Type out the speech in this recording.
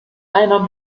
einer